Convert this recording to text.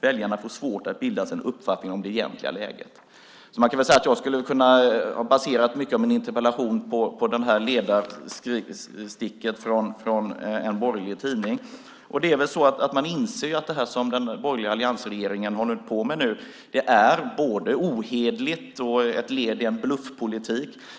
Väljarna får svårt att bilda sig en uppfattning om det egentliga läget." Jag skulle ha kunnat basera mycket av min interpellation på det här ledarsticket från en borgerlig tidning. Man inser ju att det som den borgerliga alliansregeringen håller på med nu är både ohederligt och ett led i en bluffpolitik.